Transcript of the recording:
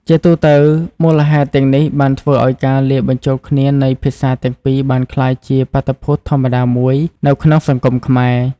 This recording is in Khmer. ជាទូទៅ មូលហេតុទាំងនេះបានធ្វើឱ្យការលាយបញ្ចូលគ្នានៃភាសាទាំងពីរបានក្លាយជាបាតុភូតធម្មតាមួយនៅក្នុងសង្គមខ្មែរ។